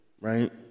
right